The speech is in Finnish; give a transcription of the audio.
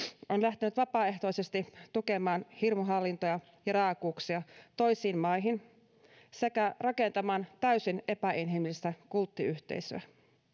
on lähtenyt vapaaehtoisesti tukemaan hirmuhallintoa ja ja raakuuksia toisiin maihin sekä rakentamaan täysin epäinhimillistä kulttiyhteisöä